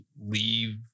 leave